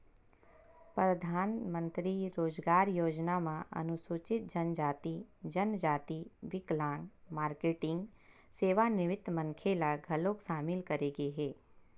परधानमंतरी रोजगार योजना म अनुसूचित जनजाति, जनजाति, बिकलांग, मारकेटिंग, सेवानिवृत्त मनखे ल घलोक सामिल करे गे हे